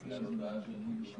מעיד על שאלת היעילות של כלי החקירות